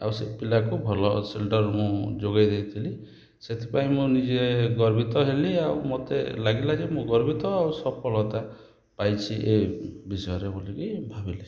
ଆଉ ସେ ପିଲାକୁ ଭଲ ଶେଲ୍ଟର ରୁମ୍ ଯୋଗାଇ ଦେଇଥିଲି ସେଥିପାଇଁ ମୁଁ ନିଜେ ଗର୍ବିତ ହେଲି ଆଉ ମୋତେ ଲାଗିଲା ଯେ ମୁଁ ଗର୍ବିତ ଆଉ ସଫଳତା ପାଇଛି ଇଏ ବିଷୟରେ ବୋଲିକି ଭାବିଲି